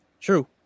True